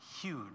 huge